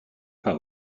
pas